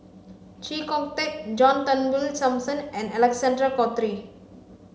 Chee Kong Tet John Turnbull Thomson and Alexander Guthrie